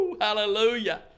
Hallelujah